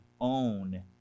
own